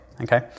okay